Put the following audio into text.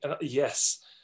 Yes